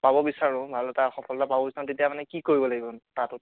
পাব বিচাৰো ভাল এটা সফলতা পাব বিচাৰো তেতিয়া মানে কি কৰিব লাগিব চাহটোত